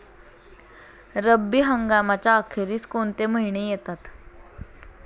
रब्बी हंगामाच्या अखेरीस कोणते महिने येतात?